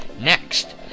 Next